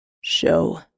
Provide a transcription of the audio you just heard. Show